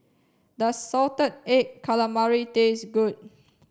does salted egg calamari taste good